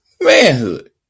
manhood